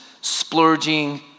splurging